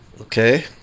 okay